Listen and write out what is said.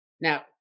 Now